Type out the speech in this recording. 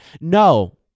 No